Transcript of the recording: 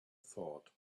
thought